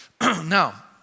Now